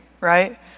right